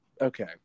okay